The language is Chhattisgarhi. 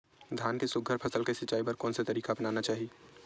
धान के सुघ्घर फसल के सिचाई बर कोन से तरीका अपनाना चाहि?